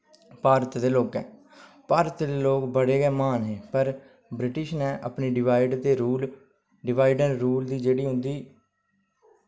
भारत दे लोकैं भारत दे लोक बड़े गै महान हे पर ब्रिटिश नै अपनी डिवाइड ते रूल डिवाईड एण्ड रूल दी जेह्ड़ी उंदी